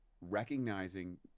recognizing